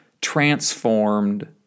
transformed